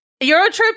Eurotrip